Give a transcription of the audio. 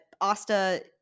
Asta